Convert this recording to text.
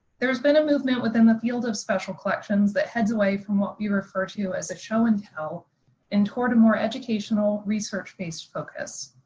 there has been a movement in the field of special collections that heads away from what we refer to as a show and tell and toward a more educational research based focus.